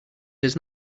does